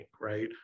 right